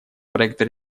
проекта